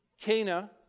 Cana